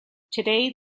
today